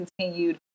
continued